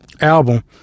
album